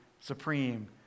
supreme